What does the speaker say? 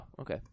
okay